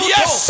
Yes